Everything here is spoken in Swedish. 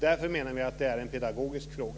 Därför menar vi att det är en pedagogisk fråga.